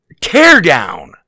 Teardown